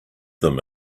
them